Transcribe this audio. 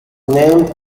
named